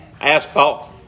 asphalt